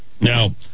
Now